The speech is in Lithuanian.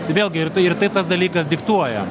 tai vėlgi ir tai ir tai tas dalykas diktuoja